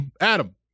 Adam